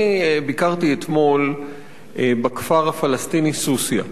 אני ביקרתי אתמול בכפר הפלסטיני סוסיא.